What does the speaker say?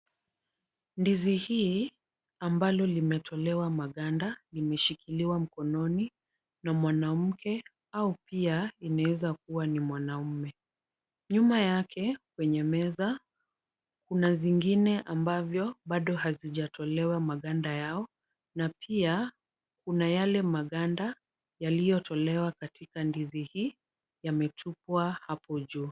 Ndizi hii ambalo limetolewa maganda imeshikiliwa mkononi na mwanamke au pia inaweza kuwa ni mwanamume. Nyuma yake kwenye meza kuna zingine ambavyo bado hazijatolewa maganda yao na pia kuna yale maganda yaliyotolewa katika ndizi hii yametupwa hapo juu.